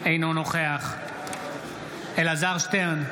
אינו נוכח אלעזר שטרן,